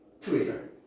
twitter